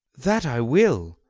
that i will,